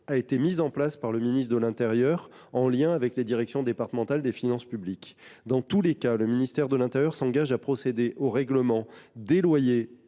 a été mise en place par le ministre de l’intérieur, en lien avec les directions départementales des finances publiques. Dans tous les cas, le ministère de l’intérieur s’engage à procéder au règlement des loyers